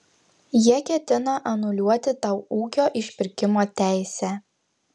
jie ketina anuliuoti tau ūkio išpirkimo teisę